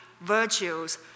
virtues